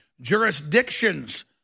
jurisdictions